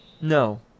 No